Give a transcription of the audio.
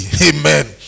Amen